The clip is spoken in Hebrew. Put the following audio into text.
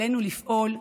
עלינו לפעול ומייד.